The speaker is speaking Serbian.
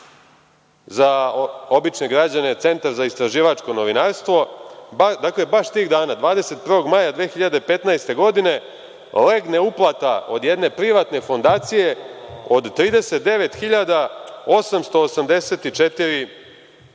za obične građane – Centar za istraživačko novinarstvo, dakle, baš tih dana, 21. maja 2015. godine, legne uplata od jedne privatne fondacije od 39.884 dolara.